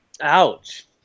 Ouch